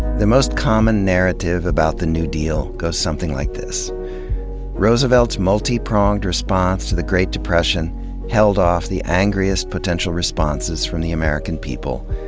the most common narrative about the new deal goes something like roosevelt's multi-pronged response to the great depression held off the angriest potential responses from the american people,